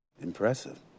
Impressive